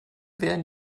werden